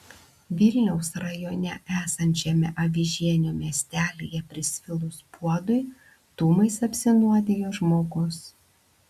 vilniaus rajone esančiame avižienių miestelyje prisvilus puodui dūmais apsinuodijo žmogus